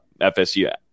FSU